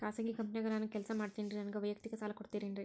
ಖಾಸಗಿ ಕಂಪನ್ಯಾಗ ನಾನು ಕೆಲಸ ಮಾಡ್ತೇನ್ರಿ, ನನಗ ವೈಯಕ್ತಿಕ ಸಾಲ ಕೊಡ್ತೇರೇನ್ರಿ?